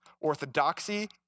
Orthodoxy